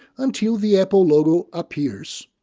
until the apple logo appears.